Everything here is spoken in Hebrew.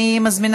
טלי,